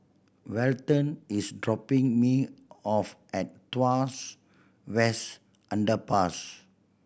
Welton is dropping me off at Tuas West Underpass